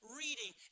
reading